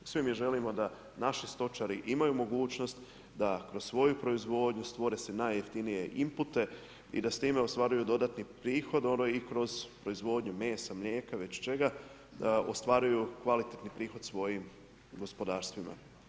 Svi mi želimo da naši stočari imaju mogućnost da kroz svoju proizvodnju stvore se najjeftinije inpute i da s time ostvaruju dodani prihod ono i kroz proizvodnju mesa, mlijeka, već čega, ostvaruju kvalitetan prihod svojim gospodarstvima.